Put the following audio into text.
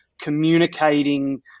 communicating